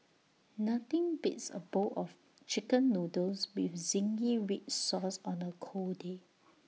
nothing beats A bowl of Chicken Noodles with Zingy Red Sauce on A cold day